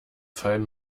fallen